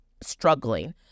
struggling